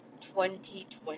2020